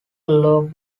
along